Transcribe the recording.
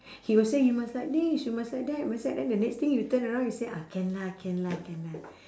he will say you must like this you must like that must that then the next thing you turn around he say ah can lah can lah can lah